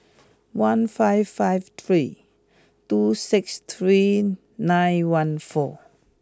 one five five three two six three nine one four